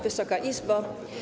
Wysoka Izbo!